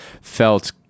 felt